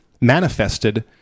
manifested